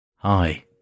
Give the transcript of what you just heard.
Hi